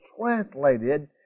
translated